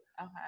Okay